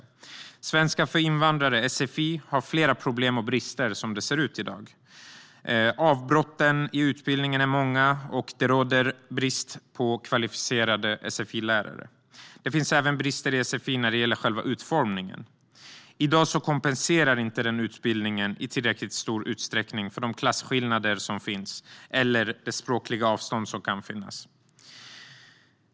Utbildning i svenska för invandrare, sfi, har flera problem och brister som det ser ut i dag. Avbrotten i utbildningen är många, och det råder brist på kvalificerade sfi-lärare. Det finns även brister i sfi när det gäller själva utformningen. I dag kompenserar inte utbildningen i tillräckligt stor utsträckning för de klasskillnader som finns eller det språkliga avstånd som kan finnas.